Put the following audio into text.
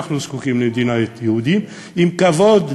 אנחנו זקוקים למדינה יהודית עם כבוד,